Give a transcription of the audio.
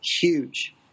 huge